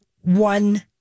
one